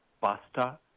pasta